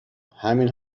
همین